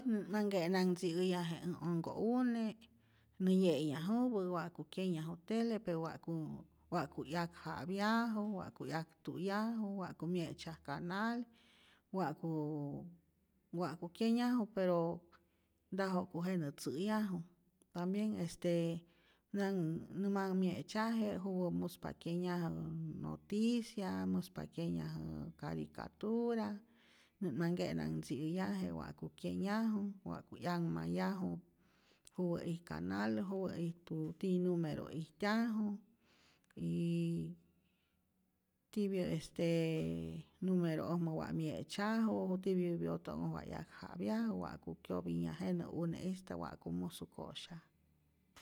Nä't manh nke'nanhtzi'äyaje ä onhko'une' nä ye'nhyajupä wa'ku kyenyaju tele, pe wa'ku 'yakja'pyaju, wa'ku 'yaktu'yaju, wa'ku mye'tzyaj canal, wa'ku wa'ku kyenyaju pero nta ja'ku jenä tzä'yaju, tambien este nanh nä manh mye'tzyaje juwä muspa kyenyajä noticia, muspa kyenyajä caricatura, nä't manh nkenanhtzi'äyaje wa'ku kyenyaju, wa'ku 'yanhmayaju juwä ij canal, juwä ijtu tiyä numero' ijtyaju y tipya este numero'ojmä wa mye'tzyaju, tipyä byoto'nhoj wa 'yakja'pyaju, wa'ku kyopinyaj jenä une'ista'p wa'ku musu ko'syaj.